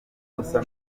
busa